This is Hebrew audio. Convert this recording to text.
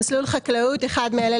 "מסלול חקלאות" אחד מאלה,